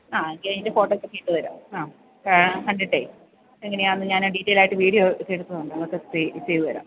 ആ ഞാൻ അതിൻ്റെ ഫോട്ടോസൊക്കെ ഇട്ടു തരാം ആ കണ്ടിട്ടെ എങ്ങനെയാണ് ഞാൻ ഡീറ്റൈലായിട്ട് വീഡിയോ ഒക്കെ എടുത്തു തരാം അങ്ങോട്ട് ചെയ്തു തരാം